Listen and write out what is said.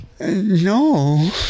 No